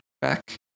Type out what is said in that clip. back